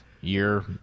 year